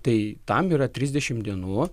tai tam yra trisdešimt dienų